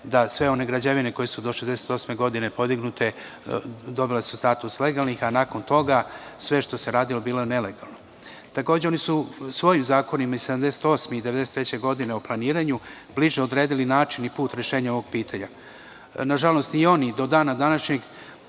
da sve one građevine koje su do 1968. godine podignute, dobile su status legalnih, a nakon toga sve što se radilo bilo je nelegalno. Takođe, oni su svojim zakonima iz 1978. godine i 1993. godine o planiranju bliže odredili način i put rešenja ovog pitanja. Nažalost, ni oni do dana današnjeg